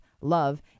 love